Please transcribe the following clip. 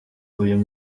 uyu